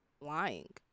lying